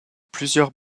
plusieurs